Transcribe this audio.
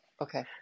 Okay